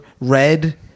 red